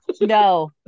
no